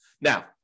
Now